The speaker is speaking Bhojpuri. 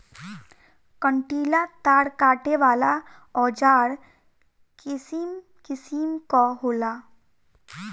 कंटीला तार काटे वाला औज़ार किसिम किसिम कअ होला